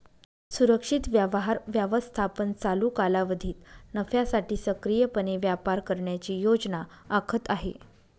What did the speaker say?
सुरक्षित व्यवहार व्यवस्थापन चालू कालावधीत नफ्यासाठी सक्रियपणे व्यापार करण्याची योजना आखत आहे